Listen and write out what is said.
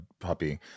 puppy